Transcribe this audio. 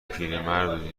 پیرمردو